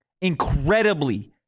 Incredibly